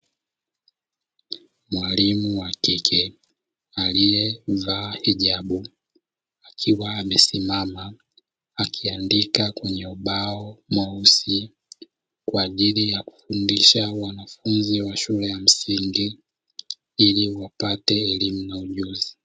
Mwalimu wa kike aliyevaa hijabu akiwa amesimama akiandika kwenye ubao mweusi kwa ajili ya kufundisha wanafunzi wa shule ya msingi ili wapate elimu na ujuzi.